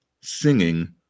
singing